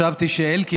הבא על סדר-היום,